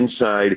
inside